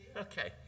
Okay